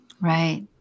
Right